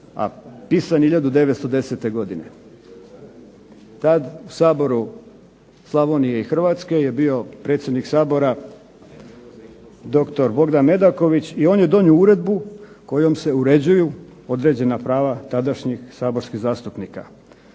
a pisan je 1910. godine.